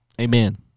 Amen